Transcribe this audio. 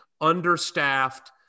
understaffed